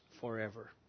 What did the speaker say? forever